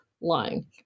lying